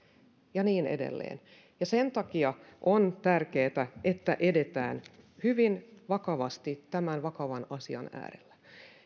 ja niin edelleen sen takia on tärkeätä että edetään hyvin vakavasti tämän vakavan asian äärellä